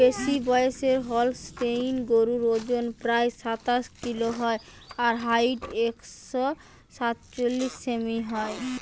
বেশিবয়সের Holstein গরুর অজন প্রায় সাতশ কিলো হয় আর হাইট একশ সাতচল্লিশ সেমি হয়